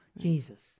Jesus